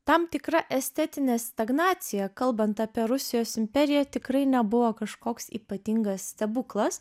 tam tikra estetinė stagnacija kalbant apie rusijos imperiją tikrai nebuvo kažkoks ypatingas stebuklas